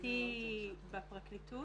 להכיר יותר,